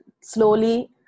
Slowly